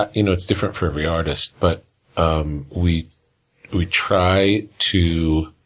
ah you know it's different for every artist, but um we we try to